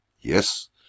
Yes